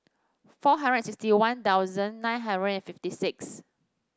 four hundred sixty One Thousand nine hundred and fifty six